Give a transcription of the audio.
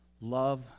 love